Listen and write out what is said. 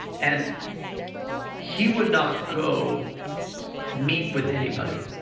and he would not go meet with anybody.